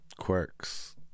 Quirks